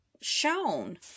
shown